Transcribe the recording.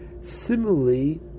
similarly